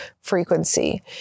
frequency